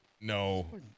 No